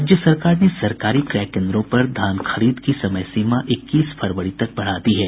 राज्य सरकार ने सरकारी क्रय केन्द्रों पर धान खरीद की समय सीमा इक्कीस फरवरी तक बढ़ा दी है